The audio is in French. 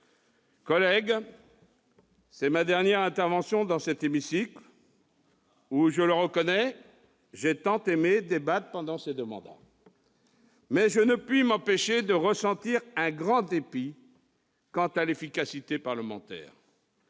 collègues, c'est ma dernière intervention dans cet hémicycle où, je le reconnais, j'ai tant aimé débattre pendant les deux mandats que j'ai exercés. Je ne puis toutefois m'empêcher de ressentir un grand dépit quant à l'efficacité parlementaire.